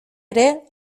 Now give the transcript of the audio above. ere